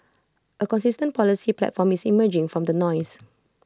A consistent policy platform is emerging from the noise